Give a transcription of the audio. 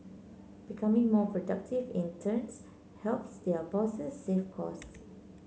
becoming more productive in turns helps their bosses save cost